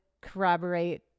corroborate